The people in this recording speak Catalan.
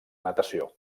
natació